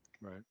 right